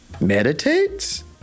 Meditates